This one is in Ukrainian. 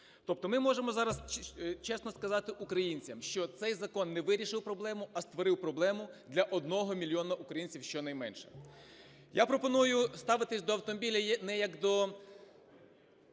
Тобто ми можемо зараз чесно сказати українцям, що цей закон не вирішив проблему, а створив проблему для 1 мільйона українців щонайменше. Я пропоную ставитись до автомобіля не як до